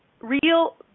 real